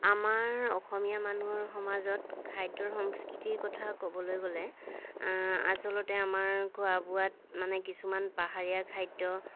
আমাৰ অসমীয়া মানুহৰ সমাজত খাদ্যৰ সংস্কৃতিৰ কথা ক'বলৈ গলে আচলতে আমাৰ খোৱা বোৱাত মানে কিছুমান পাহাৰীয়া খাদ্য